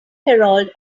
herald